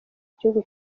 igihugu